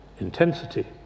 intensity